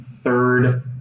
third